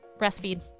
breastfeed